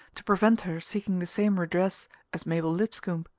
to prevent her seeking the same redress as mabel lipscomb?